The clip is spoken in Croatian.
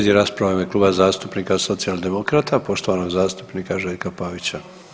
Slijedi rasprava u ime Kluba zastupnika socijaldemokrata, poštovanog zastupnika Željka Pavića.